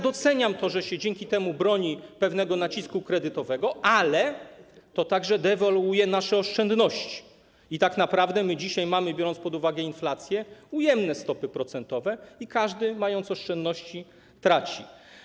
Doceniam to, że dzięki temu broni się pewnego nacisku kredytowego, ale to także dewaluuje nasze oszczędności i tak naprawdę dzisiaj mamy, biorąc pod uwagę inflację, ujemne stopy procentowe i każdy, kto ma oszczędności, traci.